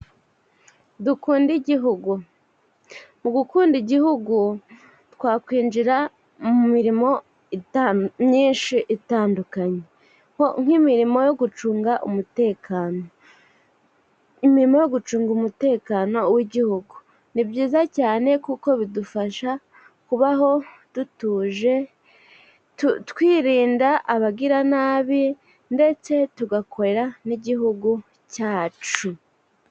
Dukunde igihugu. Mu gukunda igihugu, twakwinjira mu mirimo myinshi itandukanye, nk’imirimo yo gucunga umutekano. Imirimo yo gucunga umutekano w’igihugu ni byiza cyane kuko bidufasha kubaho dutuje, twirinda abagiranabi, ndetse tugakorera n’igihugu cyacu.